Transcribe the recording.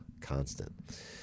constant